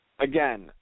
Again